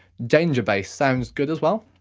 danger bass, sounds good as well.